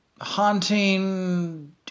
haunting